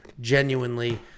genuinely